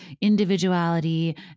individuality